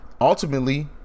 ultimately